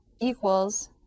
equals